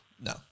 No